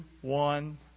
one